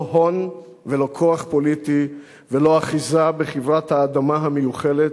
לא הון ולא כוח פוליטי ולא אחיזה בכברת האדמה המיוחלת,